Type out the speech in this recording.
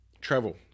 Travel